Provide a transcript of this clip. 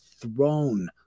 throne